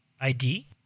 ID